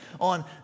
on